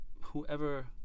whoever